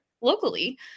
locally